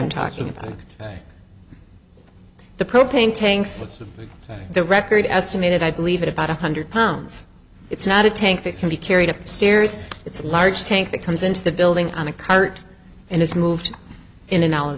i'm talking about the propane tanks the record estimated i believe it about one hundred pounds it's not a tank that can be carried upstairs it's a large tank that comes into the building on a cart and is moved in an